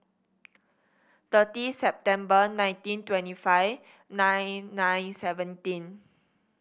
thirty September nineteen twenty five nine nine seventeen